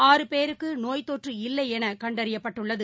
ஆறு பேருக்குநோய் தொற்று இல்லைஎனகண்டறியப்பட்டுள்ளது